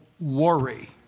worry